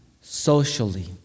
socially